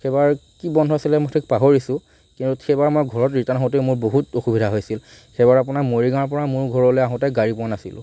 সেইবাৰ কি বন্ধ আছিলে মই ঠিক পাহৰিছোঁ কিয়নো সেইবাৰ মই ঘৰত ৰিটাৰ্ণ হওঁতে মোৰ বহুত অসুবিধা হৈছিল সেইবাৰ আপোনাৰ মৰিগাঁৱৰ পৰা মোৰ ঘৰলৈ আহোঁতে গাড়ী পোৱা নাছিলোঁঁ